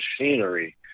machinery